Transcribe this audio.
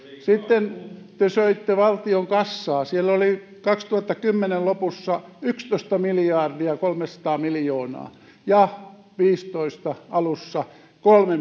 sitten te söitte valtion kassaa siellä oli vuoden kaksituhattakymmenen lopussa yksitoista miljardia kolmesataa miljoonaa ja vuoden viisitoista alussa kolme